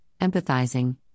empathizing